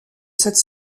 cette